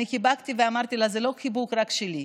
אני חיבקתי ואמרתי לה: זה לא חיבוק רק שלי,